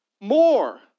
more